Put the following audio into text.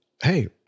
hey